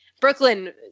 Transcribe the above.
Brooklyn